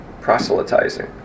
proselytizing